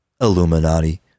Illuminati